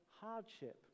hardship